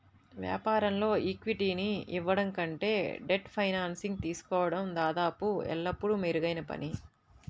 వ్యాపారంలో ఈక్విటీని ఇవ్వడం కంటే డెట్ ఫైనాన్సింగ్ తీసుకోవడం దాదాపు ఎల్లప్పుడూ మెరుగైన పని